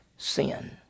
Sin